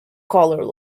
colour